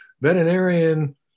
veterinarian